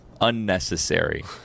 unnecessary